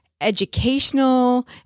educational